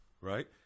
right